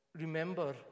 remember